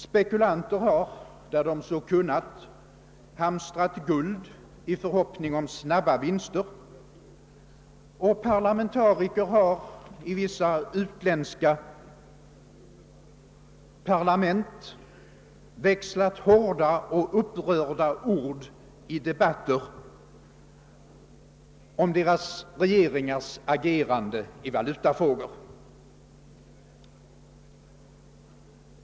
Spekulanter har, där de så kunnat, hamstrat guld i förhoppning om snabba vinster, och riksdagsmän har i vissa utländska parlament växlat hårda och upprörda ord i debatter om sina regeringars agerande i valutafrågor.